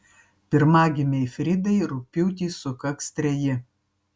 pirmagimei fridai rugpjūtį sukaks treji